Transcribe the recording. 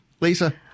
Lisa